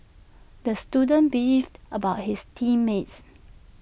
the student beefed about his team mates